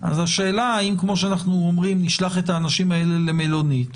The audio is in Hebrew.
אז השאלה היא האם נשלח את האנשים האלה למלונית.